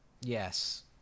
Yes